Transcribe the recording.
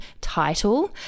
title